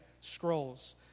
scrolls